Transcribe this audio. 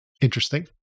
interesting